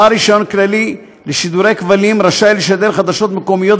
בעל רישיון כללי לשידורי כבלים רשאי לשדר חדשות מקומיות